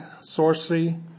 sorcery